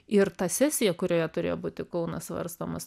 ir ta sesija kurioje turėjo būti kaunas svarstomas